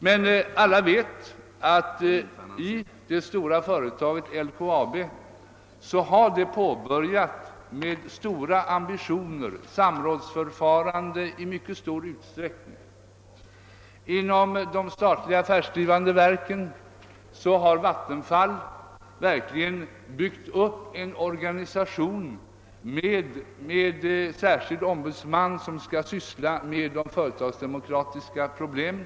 Men alla vet ju att man i det stora företaget LKAB i mycket stor utsträckning har inlett ett samrådsförfarande som syftar till att tillgodose högt ställda krav. Bland de statliga affärsdrivande verken har t.ex. Vattenfall byggt upp en organisation med en särskild ombudsman som skall handlägga de företagsdemokratiska problemen.